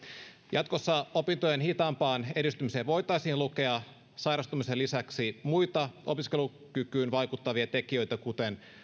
jatkossa opintojen hitaampaan edistymiseen voitaisiin lukea sairastumisen lisäksi muita opiskelukykyyn vaikuttavia tekijöitä kuten